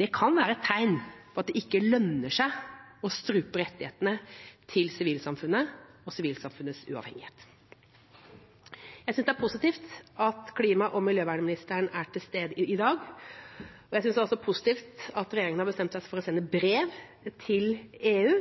Det kan være et tegn på at det ikke lønner seg å strupe rettighetene til sivilsamfunnet og sivilsamfunnets uavhengighet. Jeg synes det er positivt at klima- og miljøministeren er til stede i dag, og jeg synes også det er positivt at regjeringa har bestemt seg for å sende brev til EU.